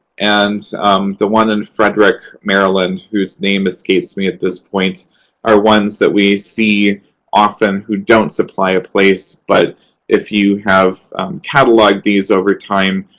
and the one in frederick, maryland, whose name escapes me at this point are ones that we see often who don't supply a place. but if you have cataloged these over time,